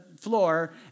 floor